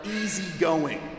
easygoing